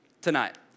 tonight